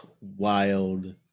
wild